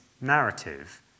narrative